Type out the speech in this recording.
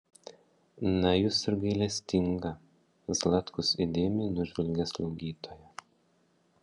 na jūs ir gailestinga zlatkus įdėmiai nužvelgė slaugytoją